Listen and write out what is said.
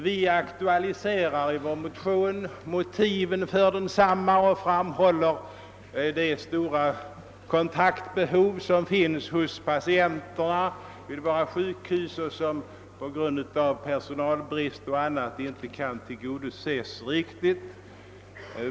Vi redogör i vår motion för motiven för den andliga vården vid sjukhusen och framhåller patienternas stora kontakibehov, som bl.a. på grund av personalbrist inte kan tillgodoses helt.